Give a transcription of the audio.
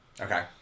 Okay